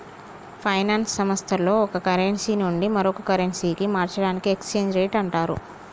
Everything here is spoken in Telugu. ఫైనాన్స్ సంస్థల్లో ఒక కరెన్సీ నుండి మరో కరెన్సీకి మార్చడాన్ని ఎక్స్చేంజ్ రేట్ అంటరు